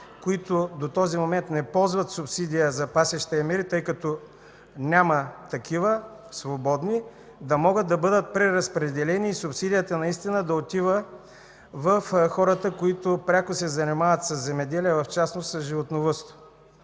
които до този момент не ползват субсидия за пасища и мери, тъй като няма такива свободни, да могат да бъдат преразпределени и субсидията наистина да отива в хората, които пряко се занимават със земеделие, в частност с животновъдство.